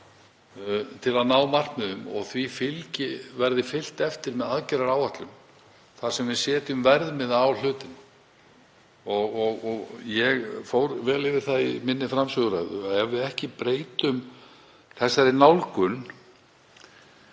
til að ná markmiðum og því verði fylgt eftir með aðgerðaáætlun þar sem við setjum verðmiða á hlutina. Ég fór vel yfir það í framsöguræðu minni að ef við breytum ekki þessari nálgun